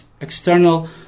external